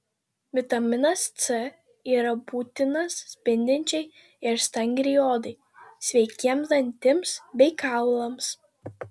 vitaminas c yra būtinas spindinčiai ir stangriai odai sveikiems dantims bei kaulams